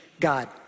God